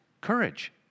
courage